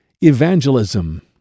Evangelism